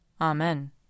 Amen